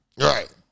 Right